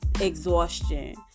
exhaustion